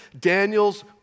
Daniel's